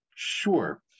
Sure